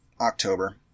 October